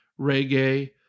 reggae